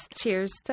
Cheers